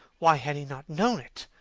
why had he not known it?